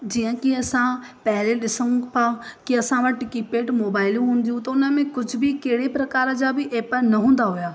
जीअं की असां पहिरें ॾिसूं था की असां वटि कीपैड मोबाइलियूं हूंदियूं त उन में कुझु बि कहिड़े प्रकार जा बि ऐप न हूंदा हुआ